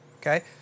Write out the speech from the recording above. okay